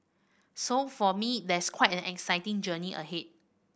so for me there's quite an exciting journey ahead